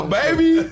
baby